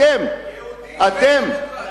אתם.